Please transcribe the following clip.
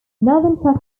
northern